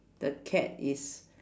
the cat is